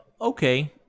okay